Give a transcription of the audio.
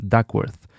Duckworth